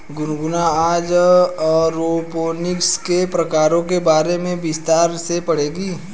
गुनगुन आज एरोपोनिक्स के प्रकारों के बारे में विस्तार से पढ़ेगी